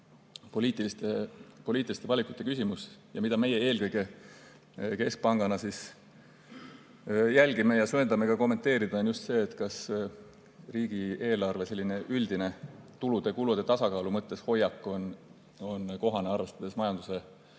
poliitiliste valikute küsimus. Ja mida meie eelkõige keskpangana jälgime ja söandame ka kommenteerida, on just see, kas riigieelarve üldine tulude-kulude tasakaalu mõttes hoiak on kohane, arvestades majanduse